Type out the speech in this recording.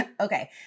Okay